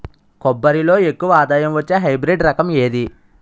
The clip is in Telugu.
కొబ్బరి లో ఎక్కువ ఆదాయం వచ్చే హైబ్రిడ్ రకం ఏది?